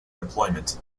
deployment